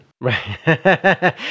Right